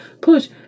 push